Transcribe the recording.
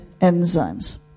enzymes